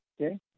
okay